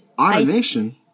Automation